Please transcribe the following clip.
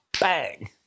Bang